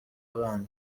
abana